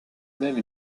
même